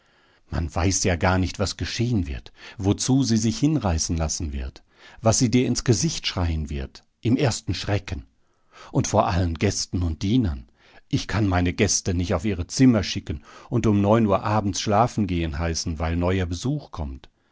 man weiß ja gar nicht was geschehen wird wozu sie sich hinreißen lassen wird was sie dir ins gesicht schreien wird im ersten schrecken und vor allen gästen und dienern ich kann meine gäste nicht auf ihre zimmer schicken und um neun uhr abends schlafen gehen heißen weil neuer besuch kommt